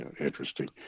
Interesting